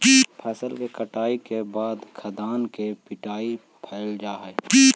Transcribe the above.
फसल के कटाई के बाद खाद्यान्न के पिटाई कैल जा हइ